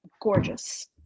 gorgeous